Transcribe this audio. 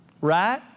Right